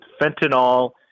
fentanyl